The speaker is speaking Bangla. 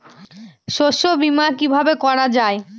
শস্য বীমা কিভাবে করা যায়?